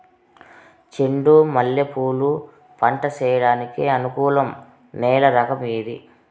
చెండు మల్లె పూలు పంట సేయడానికి అనుకూలం నేల రకం ఏది